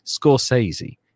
Scorsese